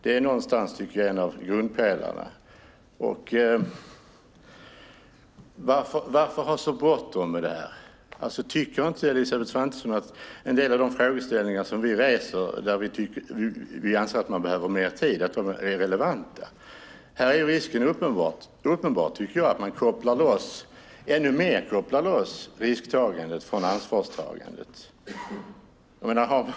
Det är någonstans en av grundpelarna, tycker jag. Varför ha så bråttom med detta? Tycker inte Elisabeth Svantesson att en del av de frågeställningar som vi för fram, och där vi anser att man behöver mer tid, är relevanta? Här finns det en uppenbar risk för att man ännu mer kopplar loss risktagandet från ansvarstagandet.